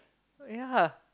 ya